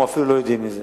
או אפילו לא יודעים מזה.